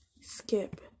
Skip